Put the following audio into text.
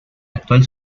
actual